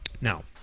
Now